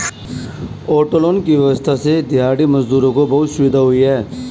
auto loan की व्यवस्था से दिहाड़ी मजदूरों को बहुत सुविधा हुई है